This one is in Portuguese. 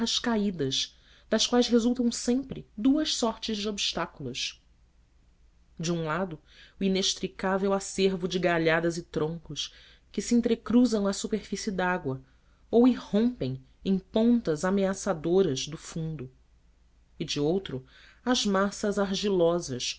caídas das quais resultam sempre duas sortes de obstáculos de um lado o inextricável acervo de galhadas e troncos que se entrecruzam à superfície dágua ou irrompem em pontas ameaçadoras do fundo e de outro as massas argilosas